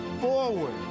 forward